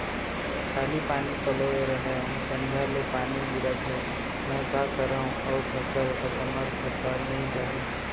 काली पानी पलोय रहेंव, संझा ले पानी गिरत हे, मैं का करंव अऊ फसल असमर्थ त नई जाही?